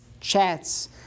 chats